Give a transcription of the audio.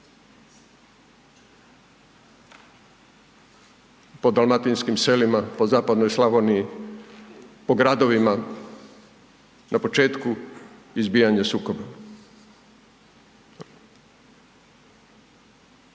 po dalmatinskim selima, po Zapadnoj Slavoniji, po gradovima na početku izbijanja sukoba.